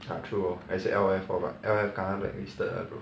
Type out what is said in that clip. ah true hor 还是 L_F fault ah L_F kena black listed ah bro